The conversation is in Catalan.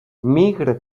migra